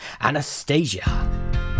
anastasia